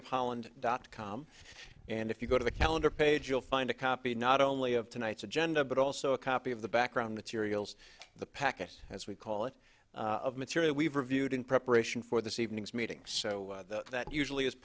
of holland dot com and if you go to the calendar page you'll find a copy not only of tonight's agenda but also a copy of the background materials the packet as we call it of material we've reviewed in preparation for this evening's meeting so that usually is